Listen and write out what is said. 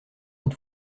êtes